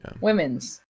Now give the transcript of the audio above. women's